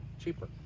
cheaper